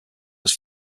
was